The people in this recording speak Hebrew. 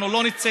אנחנו לא נצא